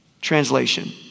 Translation